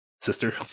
sister